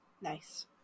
Nice